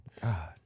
God